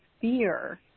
fear